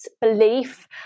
belief